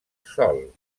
sol